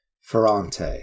Ferrante